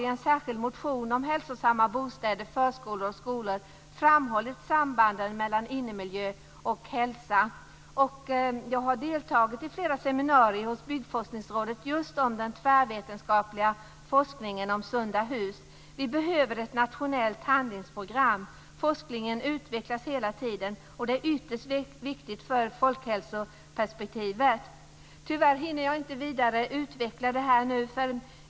I en särskild motion om hälsosamma bostäder, förskolor och skolor framhåller vi sambanden mellan innemiljö och hälsa. Jag har också deltagit i flera seminarier hos Byggforskningsrådet just om den tvärvetenskapliga forskningen om Sunda hus. Vi behöver ett nationellt handlingsprogram. Forskningen utvecklas hela tiden och detta är ytterst viktigt för folkhälsoperspektivet. Tyvärr hinner jag inte ytterligare utveckla detta eftersom talartiden nu är slut.